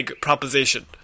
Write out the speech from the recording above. Proposition